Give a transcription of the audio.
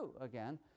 again